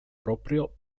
proprio